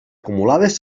acumulades